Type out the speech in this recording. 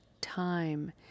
time